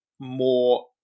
more